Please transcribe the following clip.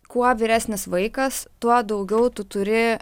kuo vyresnis vaikas tuo daugiau tu turi